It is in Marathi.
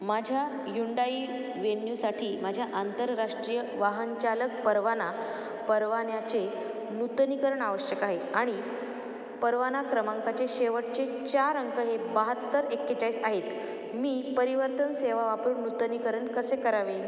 माझ्या युंडाई व्हेन्यूसाठी माझ्या आंतरराष्ट्रीय वाहनचालक परवाना परवान्याचे नूतनीकरण आवश्यक आहे आणि परवाना क्रमांकाचे शेवटचे चार अंक हे बाहत्तर एक्केचाळीस आहेत मी परिवर्तन सेवा वापरून नूतनीकरण कसे करावे